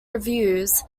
reviews